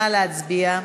נא להצביע.